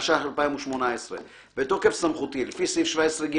התשע"ח-2018 בתוקף סמכותי לפי סעיף 17ג